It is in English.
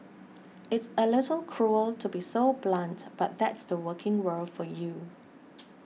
it's a little cruel to be so blunt but that's the working world for you